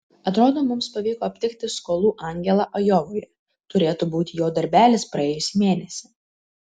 atrodo mums pavyko aptikti skolų angelą ajovoje turėtų būti jo darbelis praėjusį mėnesį